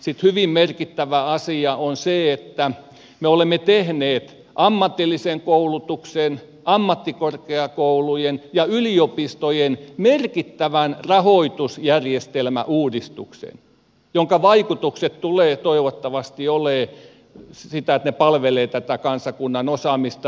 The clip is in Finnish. sitten hyvin merkittävä asia on se että me olemme tehneet ammatillisen koulutuksen ammattikorkeakoulujen ja yliopistojen merkittävän rahoitusjärjestelmäuudistuksen jonka vaikutukset tulevat toivottavasti palvelemaan tätä kansakunnan osaamista